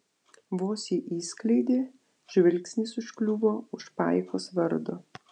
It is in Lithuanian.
vos jį išskleidė žvilgsnis užkliuvo už paikos vardo